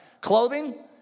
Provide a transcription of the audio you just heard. Clothing